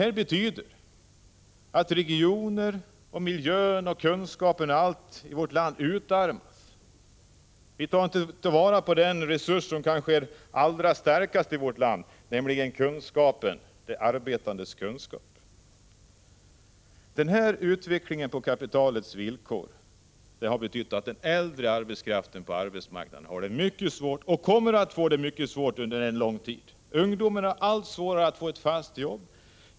Detta betyder att regioner, miljöer och kunskaper och annat i vårt land utarmas. Vi tar inte vara på vår allra bästa resurs, nämligen de arbetandes kunskap. Denna utveckling på kapitalets villkor har betytt att den äldre arbetskraften på arbetsmarknaden har det mycket svårt och kommer att få det mycket svårt under lång tid. Ungdomen har allt svårare att få fasta jobb.